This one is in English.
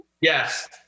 Yes